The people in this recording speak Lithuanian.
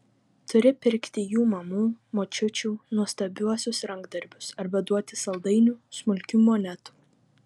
turi pirkti jų mamų močiučių nuostabiuosius rankdarbius arba duoti saldainių smulkių monetų